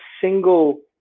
single